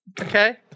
Okay